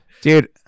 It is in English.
dude